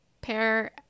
pair